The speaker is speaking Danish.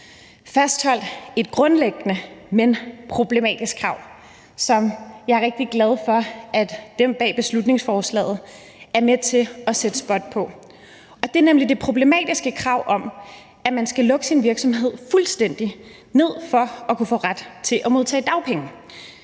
fastholdt et grundlæggende, men problematisk krav, som jeg er rigtig glad for at dem, der står bag beslutningsforslaget, er med til at sætte spot på, og det er nemlig det problematiske krav, at man skal lukke sin virksomhed fuldstændig ned for at kunne få ret til at modtage dagpenge,